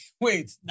wait